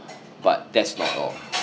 but that's not all